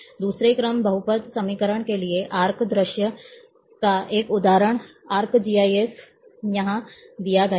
दूसरे क्रम बहुपद समीकरण के लिए आर्क दृश्य का एक उदाहरण आर्कजीआईएस यहां दिया गया है